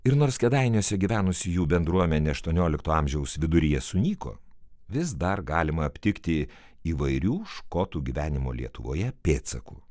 ir nors kėdainiuose gyvenusi jų bendruomenė aštuoniolikto amžiaus viduryje sunyko vis dar galima aptikti įvairių škotų gyvenimo lietuvoje pėdsakų